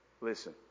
listen